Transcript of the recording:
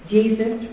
Jesus